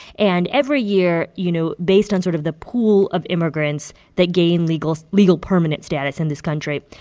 and, every year, you know, based on sort of the pool of immigrants that gain legal legal permanent status in this country,